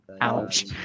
Ouch